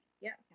Yes